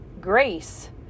grace